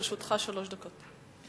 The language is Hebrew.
לרשותך שלוש דקות.